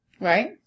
Right